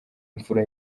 imfura